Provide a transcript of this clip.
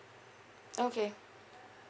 okay